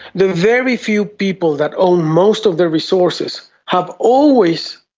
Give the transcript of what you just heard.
the very few people that own most of the resources have always,